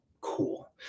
cool